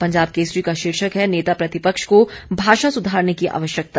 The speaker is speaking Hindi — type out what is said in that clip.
पंजाब केसरी का शीर्षक है नेता प्रतिपक्ष को भाषा सुधारने की आवश्यकता